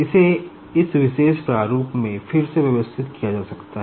इसे इस विशेष प्रारूप में फिर से व्यवस्थित किया जा सकता है